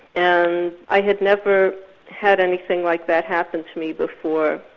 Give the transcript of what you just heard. and i had never had anything like that happen to me before.